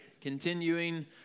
continuing